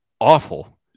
awful